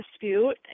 dispute